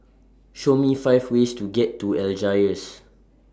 Show Me five ways to get to Algiers